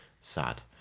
sad